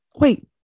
wait